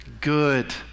good